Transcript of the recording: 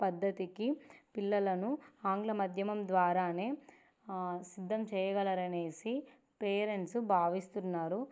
పద్ధతికి పిల్లలను ఆంగ్ల మధ్యమం ద్వారా సిద్ధం చేయగలరు అని పేరెంట్స్ భావిస్తున్నారు